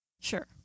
sure